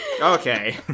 Okay